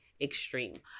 extreme